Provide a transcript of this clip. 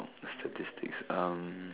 statistics um